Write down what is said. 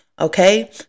Okay